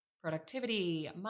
Productivity